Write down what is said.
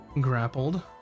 grappled